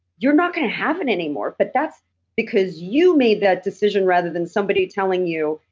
you're not going to have it anymore. but that's because you made that decision rather than somebody telling you,